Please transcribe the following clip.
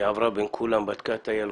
היא עברה בין כולם, בדקה את הילקוטים.